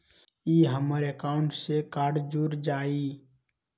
ई हमर अकाउंट से कार्ड जुर जाई?